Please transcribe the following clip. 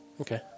Okay